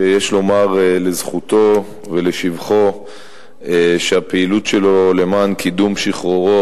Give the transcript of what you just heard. יש לומר לזכותו ולשבחו שהפעילות שלו למען קידום שחרורו